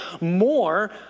more